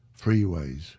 freeways